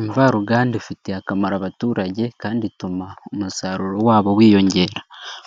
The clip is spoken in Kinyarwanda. Imvaruganda ifitiye akamaro abaturage kandi ituma umusaruro wabo wiyongera.